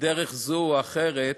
בדרך זו או אחרת